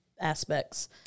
aspects